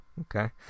Okay